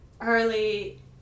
early